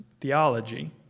theology